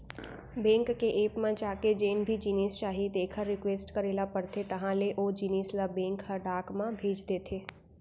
bank के app म जाके जेन भी जिनिस चाही तेकर रिक्वेस्ट करे ल परथे तहॉं ले ओ जिनिस ल बेंक ह डाक म भेज देथे